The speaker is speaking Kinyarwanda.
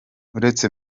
uretse